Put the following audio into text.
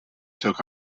took